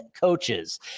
coaches